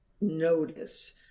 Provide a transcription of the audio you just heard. notice